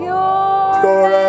Pure